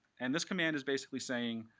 and this command is basically saying,